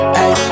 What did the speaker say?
Hey